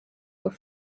were